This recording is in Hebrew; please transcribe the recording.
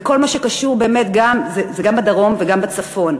זה גם בדרום וגם בצפון,